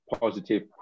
positive